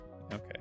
Okay